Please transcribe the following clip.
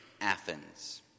Athens